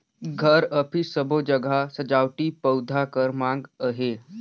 घर, अफिस सबो जघा सजावटी पउधा कर माँग अहे